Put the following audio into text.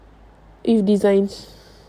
if design